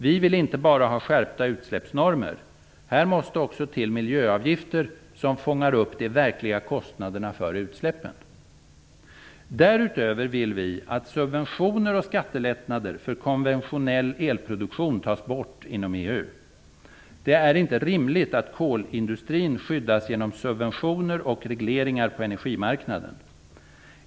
Vi vill inte bara ha skärpta utsläppsnormer. Här måste också till miljöavgifter som fångar upp de verkliga kostnaderna för utsläppen. Därutöver vill vi att subventioner och skattelättnader för konventionell elproduktion tas bort inom EU. Det är inte rimligt att kolindustrin skyddas genom subventioner och regleringar på energimarknaden.